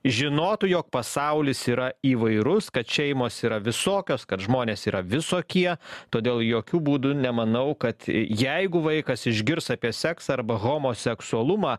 žinotų jog pasaulis yra įvairus kad šeimos yra visokios kad žmonės yra visokie todėl jokiu būdu nemanau kad jeigu vaikas išgirs apie seksą arba homoseksualumą